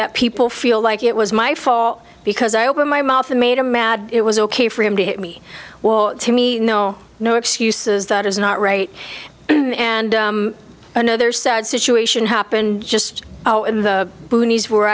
that people feel like it was my fault because i open my mouth and made him mad it was ok for him to hit me well to me no no excuses that is not right and another sad situation happened just in the